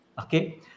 okay